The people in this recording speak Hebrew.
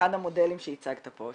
אחד המודלים שהצגת פה,